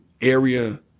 area